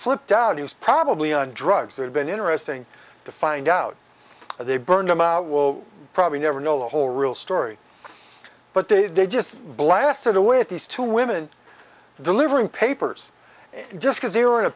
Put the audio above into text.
flipped out he was probably on drugs they had been interesting to find out they burned him out will probably never know the whole real story but they just blasted away at these two women delivering papers just because they were in a